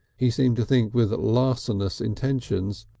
he seemed to think with larcenous intentions,